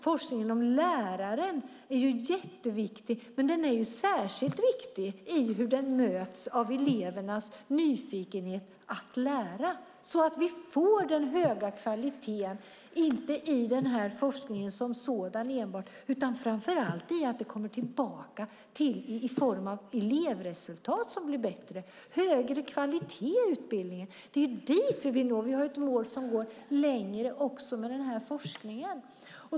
Forskningen om läraren är jätteviktig, men den är särskilt viktig i hur den möts av elevernas nyfikenhet att lära, så att vi får den höga kvaliteten inte enbart i forskningen som sådan utan framför allt i att det kommer tillbaka i form av bättre elevresultat och högre kvalitet i utbildningen. Det är dit vi vill nå. Vi har ett mål som går längre också med forskningen.